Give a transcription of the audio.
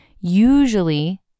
Usually